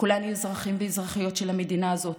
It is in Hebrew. כולנו אזרחים ואזרחיות של המדינה הזאת.